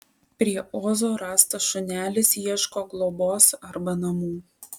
prie ozo rastas šunelis ieško globos arba namų